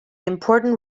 important